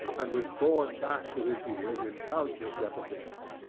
and was borne back to his ears in countless repetitions.